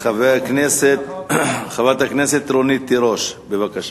חברת הכנסת רונית תירוש, בבקשה.